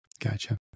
Gotcha